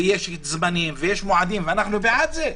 יש זמנים אנחנו בעד זה.